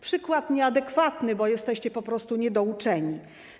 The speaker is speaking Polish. Przykład nieadekwatny, bo jesteście po prostu niedouczeni.